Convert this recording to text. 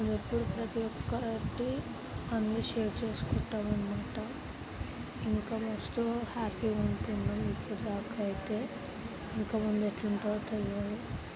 నేనెప్పుడూ ప్రతి ఒక్కటి అన్ని షేర్ చేసుకుంటాను అన్నమాట ఇంకా మస్తు హ్యాప్పీగా ఉంటున్నాం ఇప్పుడు దాక అయితే ఇంక ముందు ఎట్లుంటాదో తెలియదు